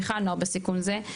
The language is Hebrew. מיכל נוער בסיכון זה,